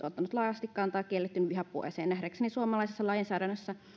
ottanut laajasti kantaa kiellettyyn vihapuheeseen nähdäkseni suomalaisessa lainsäädännössä